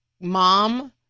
mom